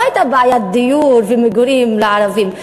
לא הייתה בעיית דיור ומגורים לערבים.